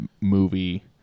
movie